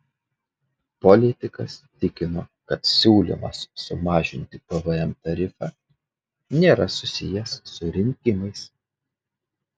politikas tikino kad siūlymas sumažinti pvm tarifą nėra susijęs su rinkimais